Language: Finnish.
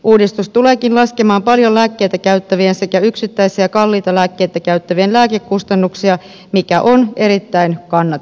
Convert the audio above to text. uudistus tuleekin laskemaan paljon lääkkeitä käyttävien sekä yksittäisiä kalliita lääkkeitä käyttävien lääkekustannuksia mikä on erittäin kannatettavaa